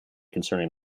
concerning